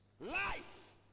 Life